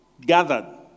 gathered